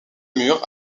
mur